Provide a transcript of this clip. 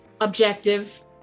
objective